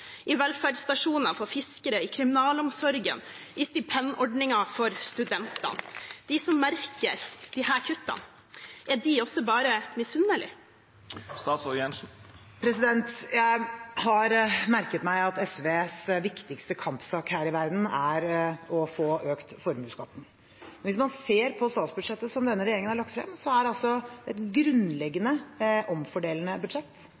i velferdsstasjoner for fiskere, i kriminalomsorgen, i stipendordningen for studenter. De som merker disse kuttene, er de også bare misunnelige? Jeg har merket meg at SVs viktigste kampsak her i verden er å øke formuesskatten. Hvis man ser på statsbudsjettet som denne regjeringen har lagt frem, er det et grunnleggende omfordelende budsjett. På utgiftssiden bruker vi altså